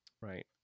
Right